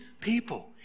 people